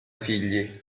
figli